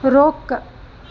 रोक